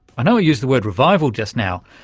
i know i used the word revival just now,